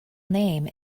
name